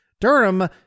Durham